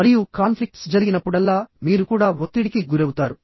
మరియు కాన్ఫ్లిక్ట్స్ జరిగినప్పుడల్లా మీరు కూడా ఒత్తిడికి గురవుతారు